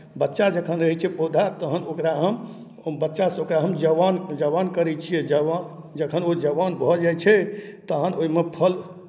बच्चा जखन रहै छै पौधा तहन ओकरा हम बच्चासँ ओकरा हम जवान जवान करै छियै जवान जखन ओ जवान भऽ जाइ छै तहन ओहिमे फल